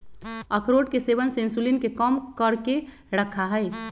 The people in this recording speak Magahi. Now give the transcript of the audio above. अखरोट के सेवन इंसुलिन के कम करके रखा हई